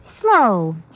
Slow